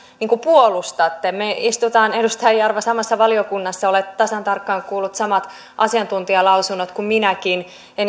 niin kuin puolustatte me istumme edustaja jarva samassa valiokunnassa olet tasan tarkkaan kuullut samat asiantuntijalausunnot kuin minäkin ja